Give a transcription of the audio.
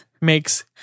makes